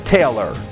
Taylor